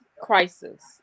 crisis